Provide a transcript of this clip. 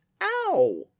Ow